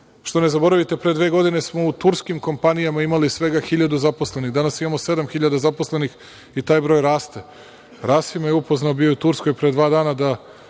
što, ne zaboravite, pre dve godine smo u turskim kompanijama imali svega hiljadu zaposlenih. Danas imamo sedam hiljada zaposlenih i taj broj raste. Rasim me je upoznao, bio je u Turskoj pre dva dana,